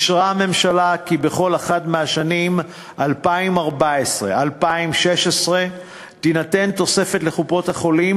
הממשלה אישרה כי בכל אחת מהשנים 2014 2016 תינתן לקופות-החולים